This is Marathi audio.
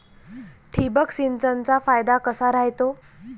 ठिबक सिंचनचा फायदा काय राह्यतो?